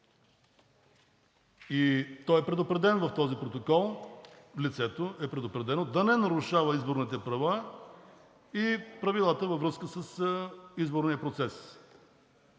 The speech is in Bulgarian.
И той е предупреден в този протокол – лицето е предупредено да не нарушава изборните права и правилата във връзка с изборния процес.